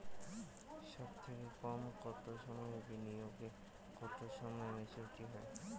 সবথেকে কম কতো সময়ের বিনিয়োগে কতো সময়ে মেচুরিটি হয়?